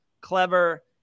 clever